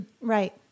Right